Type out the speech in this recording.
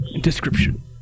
description